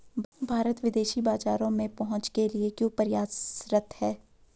भारत विदेशी बाजारों में पहुंच के लिए क्यों प्रयासरत है?